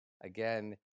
Again